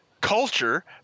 culture